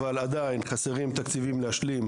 אבל עדיין חסרים תקציבים להשלים,